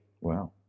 Wow